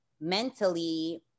mentally